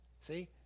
see